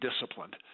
disciplined